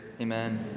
amen